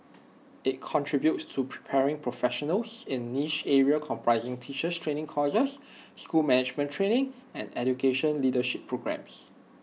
IT contributes to preparing professionals in niche areas comprising teacher training courses school management training and education leadership programmes